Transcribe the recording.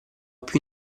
più